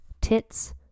tits